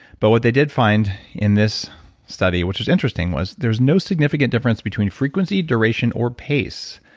but what they did find in this study, which was interesting, was there was no significant difference between frequency, duration or pace.